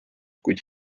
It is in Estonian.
kuid